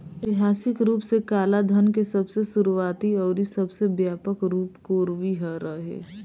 ऐतिहासिक रूप से कालाधान के सबसे शुरुआती अउरी सबसे व्यापक रूप कोरवी रहे